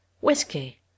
Whiskey